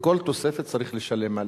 ועל כל תוספת צריך לשלם.